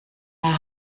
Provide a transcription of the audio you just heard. naar